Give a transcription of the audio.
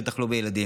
בטח לא בילדים,